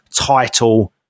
title